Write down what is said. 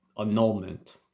annulment